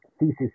thesis